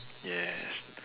yes